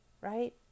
right